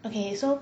okay so